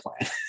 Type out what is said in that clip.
plan